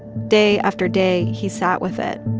day after day, he sat with it,